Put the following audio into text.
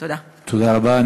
תודה רבה.